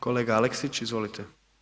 Kolega Aleksić, izvolite.